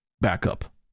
backup